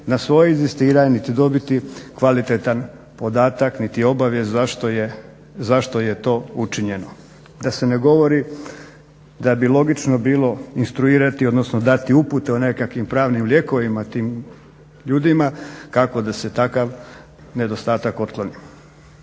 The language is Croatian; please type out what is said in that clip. na svoje inzistiranje, niti dobiti kvalitetan podatak niti obavijest zašto je to učinjeno. Da se ne govori da bi logično bilo instruirati, odnosno dati upute o nekakvim pravnim lijekovima tim ljudima kako da se takav nedostatak otkloni.